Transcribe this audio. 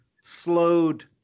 slowed